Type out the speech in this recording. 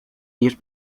ellos